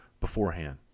beforehand